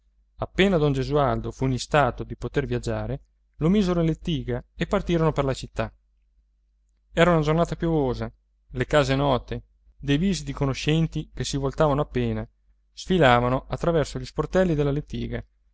appena don gesualdo fu in istato di poter viaggiare lo misero in lettiga e partirono per la città era una giornata piovosa le case note dei visi di conoscenti che si voltavano appena sfilavano attraverso gli sportelli della lettiga